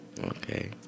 Okay